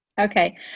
Okay